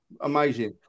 Amazing